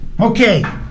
Okay